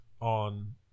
on